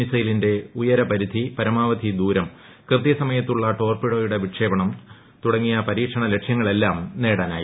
മിസൈലിന്റെ ഉയരപരിധി പരമാവധി ദൂരം കൃത്യസമയത്തുള്ള ടോർപിഡോയുടെ വിക്ഷേപണം തുടങ്ങിയ പരീക്ഷണ ലക്ഷ്യങ്ങളെല്ലാം നേടാനായി